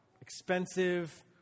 expensive